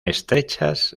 estrechas